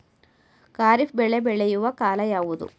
ಖಾರಿಫ್ ಬೆಳೆ ಬೆಳೆಯುವ ಕಾಲ ಯಾವುದು?